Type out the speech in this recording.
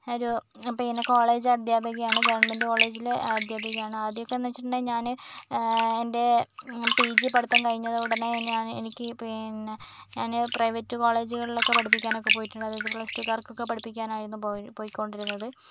ഒരു പിന്നെ കോളേജ് അധ്യാപികയാണ് ഗവർമെന്റ് കോളേജിലെ അധ്യാപികയാണ് ആദ്യമൊക്കെയെന്നു വച്ചിട്ടുണ്ടെങ്കിൽ ഞാൻ എന്റെ പി ജി പഠിത്തം കഴിഞ്ഞയുടനെ ഞാൻ എനിക്ക് പിന്നെ ഞാൻ പ്രൈവറ്റ് കോളേജുകളിലൊക്കെ പഠിപ്പിക്കാനൊക്കെ പോയിട്ടുണ്ട് അതായത് പ്ലസ്ടുകാർക്കൊക്കെ പഠിപ്പിക്കാനായിരുന്നു പോയി പോയിക്കൊണ്ടിരുന്നത്